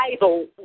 Bible